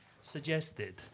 suggested